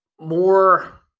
more